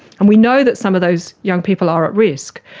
and we know that some of those young people are at risk.